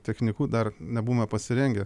technikų dar nebūna pasirengę